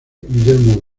guillermo